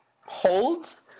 holds